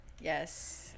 Yes